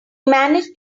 managed